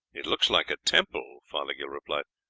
it looks like a temple, fothergill replied.